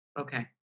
Okay